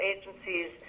agencies